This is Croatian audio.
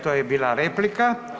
To je bila replika.